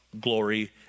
glory